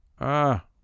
Ah